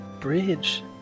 bridge